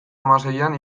hamaseian